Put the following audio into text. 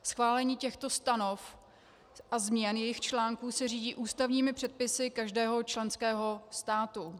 Schválení těchto stanov a změn jejích článků se řídí ústavními předpisy každého členského státu.